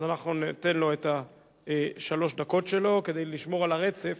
אז אנחנו ניתן לו את שלוש הדקות שלו כדי לשמור על הרצף